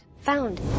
Found